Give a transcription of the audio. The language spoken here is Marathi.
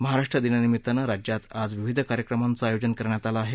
महाराष्ट्र दिनानिमित्त राज्यात आज विविध कार्यक्रमांचं आयोजन करण्यात आलं आहे